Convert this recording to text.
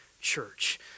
church